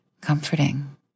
comforting